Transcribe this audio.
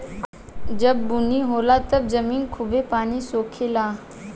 जब बुनी होला तब जमीन खूबे पानी सोखे ला